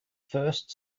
first